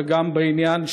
וגם בעניין של,